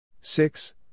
Six